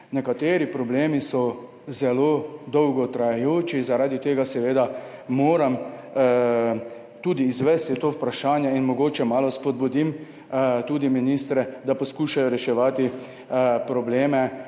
Nekateri problemi so zelo dolgo trajajoči, zaradi tega seveda moram tudi postaviti to vprašanje, da mogoče malo spodbudim tudi ministre, da poskušajo reševati probleme